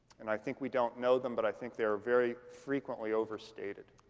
and i think we don't know them. but i think they are very frequently overstated.